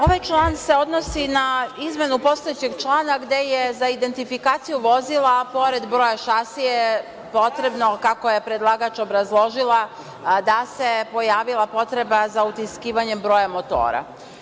Ovaj član se odnosi na izmenu postojećeg člana gde je za identifikaciju vozila, pored broja šasije, potrebno, kako je predlagač obrazložila, da se pojavila potreba za utiskivanjem broja motora.